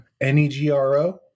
N-E-G-R-O